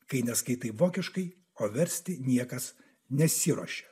kai neskaitai vokiškai o versti niekas nesiruošė